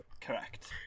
Correct